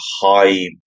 high